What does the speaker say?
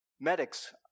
medics